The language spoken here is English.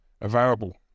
available